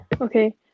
Okay